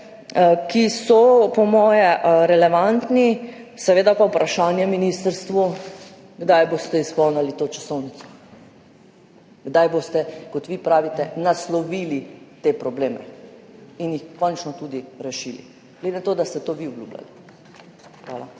ki so po mojem relevantni. Seveda pa vprašanje ministrstvu, kdaj boste izpolnili to časovnico. Kdaj boste, kot vi pravite, naslovili te probleme in jih končno tudi rešili? Glede na to, da ste to vi obljubljali. Hvala.